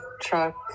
Truck